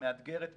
המאתגרת מאוד.